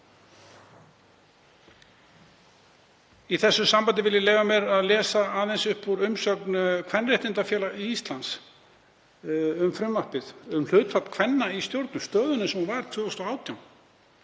Í þessu sambandi vil ég leyfa mér að lesa aðeins upp úr umsögn Kvenréttindafélags Íslands um frumvarpið um hlutfall kvenna í stjórnum, stöðuna eins og